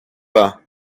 pas